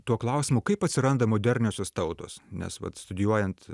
tuo klausimu kaip atsiranda moderniosios tautos nes vat studijuojant